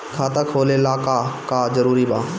खाता खोले ला का का जरूरी बा?